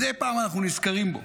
מדי פעם אנחנו נזכרים בו,